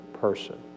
person